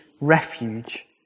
refuge